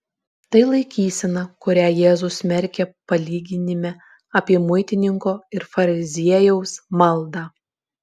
tai laikysena kurią jėzus smerkia palyginime apie muitininko ir fariziejaus maldą